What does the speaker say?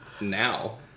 now